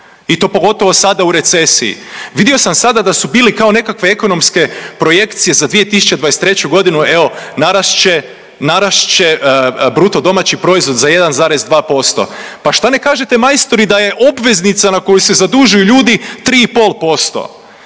i to pogotovo sada u recesiji. Vidio sam sada da su bili kao nekakve ekonomske projekcije za 2023. godinu, evo narast će, narast će bruto domaći proizvod za 1,2%, pa šta ne kažete majstori da je obveznica na koju se zadužuju ljudi 3,5%,